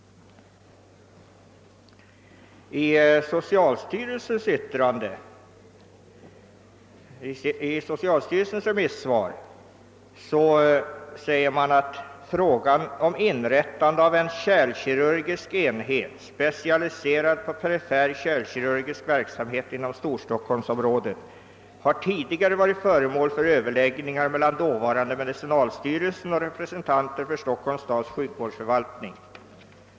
Socialstyrelsen säger i sitt remissvar: >Frågan om inrättande av en kärlkirurgisk enhet, specialiserad på perifer kärlkirurgisk verksamhet inom Stor Stockholmsområdet, har tidigare varit föremål för överläggningar mellan dåvarande medicinalstyrelsen och representanter för Stockholms stads sjukvårdsförvaltning.